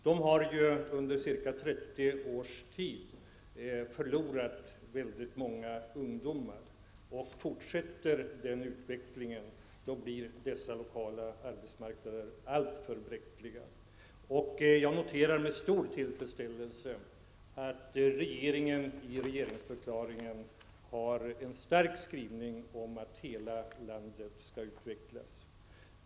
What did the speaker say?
De har förlorat många ungdomar under ca 30 års tid, och fortsätter den utvecklingen blir dessa lokala arbetsmarknader alltför bräckliga. Jag noterar med stor tillfredsställelse att regeringen i regeringsförklaringen har en stark skrivning om att hela landet skall utvecklas.